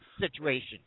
situation